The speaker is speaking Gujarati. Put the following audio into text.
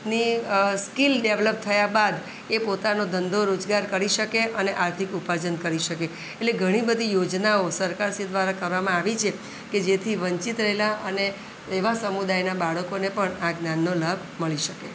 ની સ્કીલ ડેવલપ થયા બાદ એ પોતાનો ધંધો રોજગાર કરી શકે અને આર્થિક ઉપાયજન કરી શકે એટલે ઘણી બધી યોજનાઓ સરકાર શ્રી દ્વારા કરવામાં આવી છે કે જેથી વંચિત થયેલા અને એવા સમુદાયના બાળકોને પણ આ જ્ઞાનનો લાભ મળી શકે